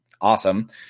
awesome